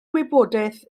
wybodaeth